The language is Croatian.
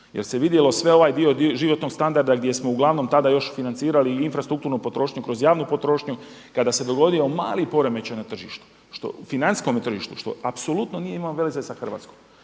jer se vidjelo sve ovaj dio životnog standarda gdje smo uglavnom tada još financirali infrastrukturnu potrošnju kroz javnu potrošnju, kada se dogodio mali poremećaj na tržištu što u, financijskome tržištu, što apsolutno nije imalo veze sa Hrvatskom